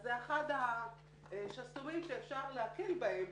אז זה אחד השסתומים שאפשר להקל בהם,